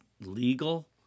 legal